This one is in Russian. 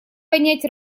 понять